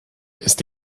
ist